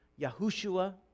Yahushua